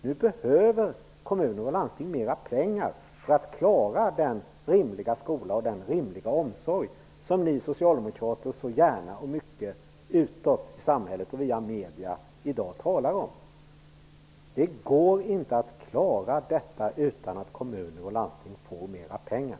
Nu behöver kommuner och landsting mera pengar för att klara den rimliga skola och omsorg som ni socialdemokrater så gärna talar om i dag, utåt samhället via medierna. Det går inte att klara detta utan att kommuner och landsting får mera pengar.